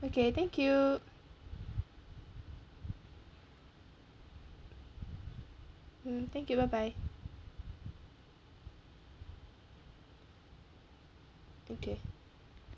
okay thank you mm thank you bye bye okay